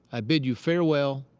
i bid you farewell,